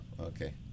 Okay